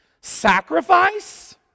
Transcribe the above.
sacrifice